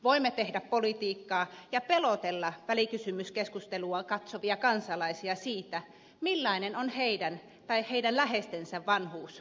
voimme tehdä politiikkaa ja pelotella välikysymyskeskustelua katsovia kansalaisia sillä millainen on heidän tai heidän läheistensä vanhuus pahimmillaan